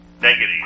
negative